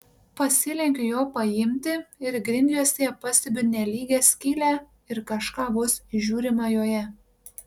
pasilenkiu jo paimti ir grindjuostėje pastebiu nelygią skylę ir kažką vos įžiūrima joje